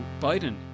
biden